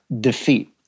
defeat